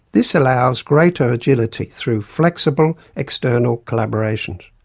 this allows greater agility through flexible external collaborations.